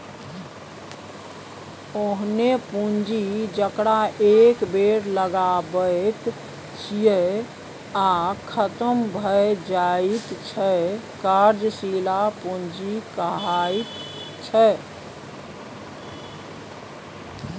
ओहेन पुंजी जकरा एक बेर लगाबैत छियै आ खतम भए जाइत छै कार्यशील पूंजी कहाइ छै